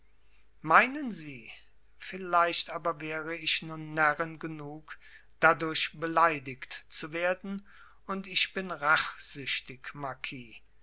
meinen sie vielleicht aber wäre ich nun närrin genug dadurch beleidigt zu werden und ich bin rachsüchtig